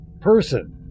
person